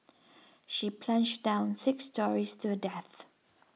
she plunged down six storeys to her death